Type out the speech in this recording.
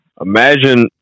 Imagine